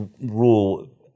rule